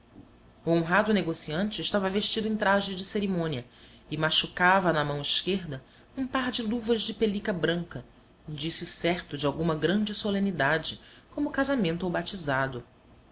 honrado negociante estava vestido em traje de cerimônia e machucava na mão esquerda um par de luvas de pelica branca indício certo de alguma grande solenidade como casamento ou batizado